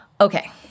Okay